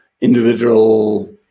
individual